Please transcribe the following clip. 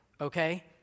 Okay